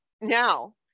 now